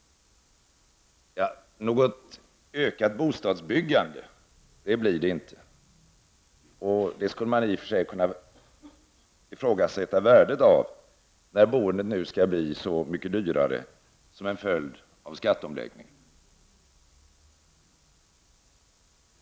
Något ökat bostadsbyggande blir det inte. Man skulle i och för sig kunna ifrågasätta värdet av detta, när byggandet nu skall bli så mycket dyrare som en följd av skatteomläggningen.